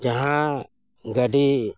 ᱡᱟᱦᱟᱸ ᱜᱟᱹᱰᱤ